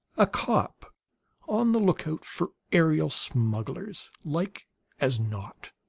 a cop on the lookout for aerial smugglers, like as not.